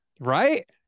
Right